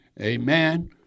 Amen